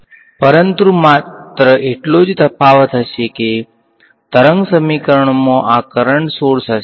પરંતુ માત્ર એટલો જ તફાવત હશે કે તરંગ સમીકરણમાં આ કરંટ સોર્સ હશે